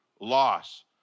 loss